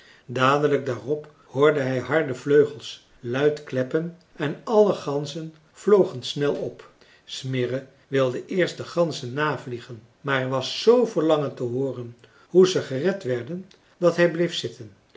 dadelijk daarop hoorde hij harde vleugels luid kleppen en alle ganzen vlogen snel op smirre wilde eerst de ganzen navliegen maar hij was z verlangend te hooren hoe ze gered werden dat hij bleef zitten